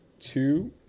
two